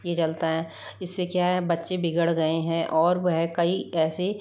ये चलता है इससे क्या है बच्चे बिगड़ गए हैं और वह कई ऐसे